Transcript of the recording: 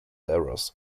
errors